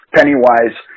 Pennywise